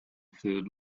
food